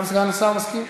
גם סגן השר מסכים?